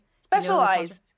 Specialized